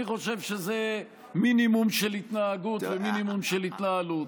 אני חושב שזה מינימום של התנהגות ומינימום של התנהלות.